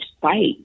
fight